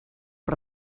per